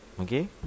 Okay